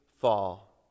fall